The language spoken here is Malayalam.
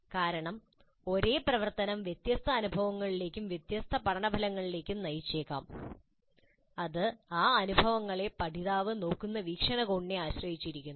കാരണം ഒരേ പ്രവർത്തനം വ്യത്യസ്ത അനുഭവങ്ങളിലേക്കും വ്യത്യസ്ത പഠന ഫലങ്ങളിലേക്കും നയിച്ചേക്കാംഅത് ആ അനുഭവങ്ങളെ പഠിതാവ് നോക്കുന്ന വീക്ഷണകോണിനെ ആശ്രയിച്ചിരിക്കുന്നു